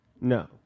No